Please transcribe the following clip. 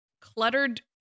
cluttered